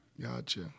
Gotcha